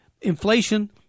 Inflation